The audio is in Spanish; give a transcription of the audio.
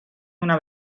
una